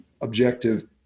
objective